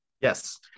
Yes